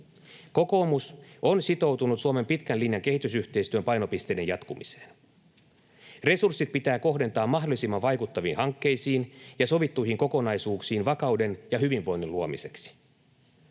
Kokoomus on sitoutunut Suomen pitkän linjan kehitysyhteistyön painopisteiden jatkumiseen. Resurssit pitää kohdentaa mahdollisimman vaikuttaviin hankkeisiin ja sovittuihin kokonaisuuksiin vakauden ja hyvinvoinnin luomiseksi.